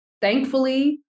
Thankfully